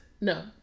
No